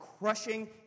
crushing